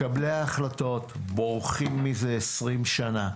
מקבלי ההחלטות בורחים מזה 20 שנה,